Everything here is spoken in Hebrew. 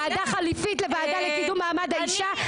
ועדה חליפית לוועדה לקידום מעמד האישה?